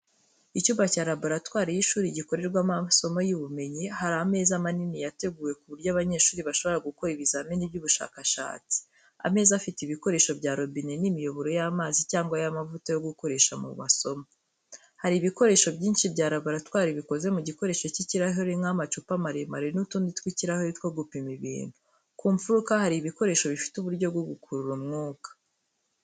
Icyumba cya laboratwari y’ishuri, gikorerwamo amasomo y’ubumenyi. Hari ameza manini yateguwe ku buryo abanyeshuri bashobora gukora ibizamini by’ubushakashatsi. Ameza afite ibikoresho bya robine n’imiyoboro y’amazi cyangwa y’amavuta yo gukoresha mu masomo. Hari ibikoresho byinshi bya raboratwari bikozwe mu gikoresho cy’ikirahuri nk’amacupa maremare n’utundi tw’ikirahuri two gupima ibintu. Ku mfuruka hari ibikoresho bifite uburyo bwo gukurura umwuka.